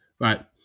right